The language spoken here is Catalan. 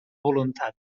voluntat